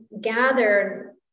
gather